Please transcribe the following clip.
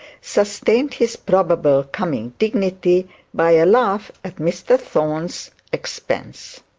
sustained his probable coming dignity by a laugh at mr thorne's expense.